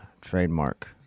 trademark